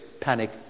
panic